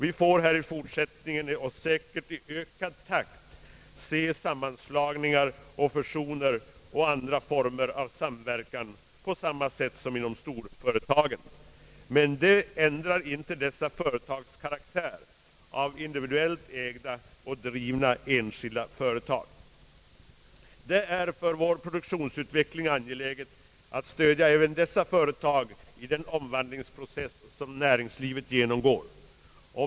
Vi får här i fortsättningen och säkert i ökad takt se sammanslagningar och fusioner och andra former av samarbete på samma sätt som inom storföretagen. Men det ändrar inte dessa företags karaktär av individuellt ägda och enskilt drivna företag. Det är för vår produktionsutveckling angeläget att stödja även dessa företag i den omvandlingsprocess som näringslivet genomgår.